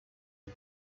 mit